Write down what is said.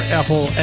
apple